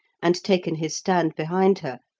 and taken his stand behind her,